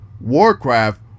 Warcraft